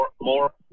more